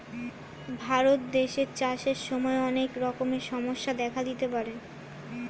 ভারত দেশে চাষের সময় অনেক রকমের সমস্যা দেখা দিতে পারে